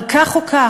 אבל כך או כך,